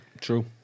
true